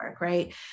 Right